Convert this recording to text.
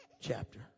Chapter